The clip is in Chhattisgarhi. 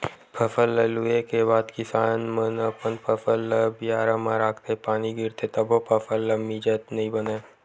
फसल ल लूए के बाद किसान मन अपन फसल ल बियारा म राखथे, पानी गिरथे तभो फसल ल मिजत नइ बनय